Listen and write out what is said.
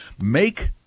make